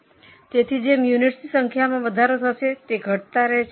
તેથી જેમ યુનિટસની સંખ્યામાં વધારો થશે તે ઘટતા રહે છે